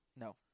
No